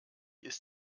ist